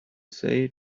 say